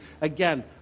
again